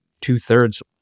two-thirds